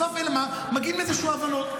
בסוף מגיעים לאיזשהן הבנות.